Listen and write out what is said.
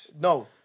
No